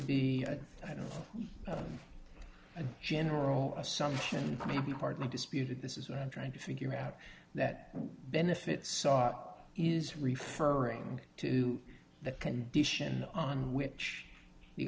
be i don't know a general assumption maybe partly disputed this is what i'm trying to figure out that benefits saw is referring to that condition on which the